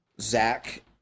Zach